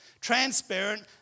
transparent